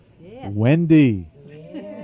Wendy